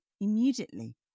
Immediately